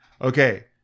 okay